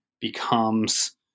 becomes